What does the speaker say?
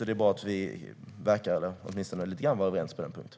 Det är bra att vi verkar, i alla fall lite grann, vara överens på den punkten.